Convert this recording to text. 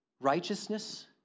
righteousness